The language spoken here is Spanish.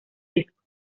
disco